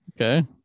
Okay